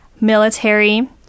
military